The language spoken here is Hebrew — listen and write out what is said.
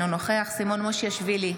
אינו נוכח סימון מושיאשוילי,